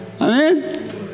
Amen